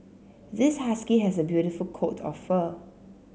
this husky has a beautiful coat of fur